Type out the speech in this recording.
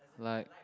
like